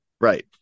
Right